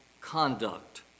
conduct